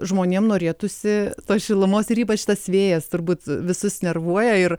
žmonėm norėtųsi tos šilumos ir ypač tas vėjas turbūt visus nervuoja ir